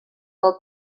del